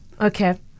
Okay